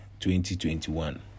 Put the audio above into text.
2021